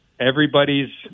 everybody's